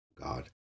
God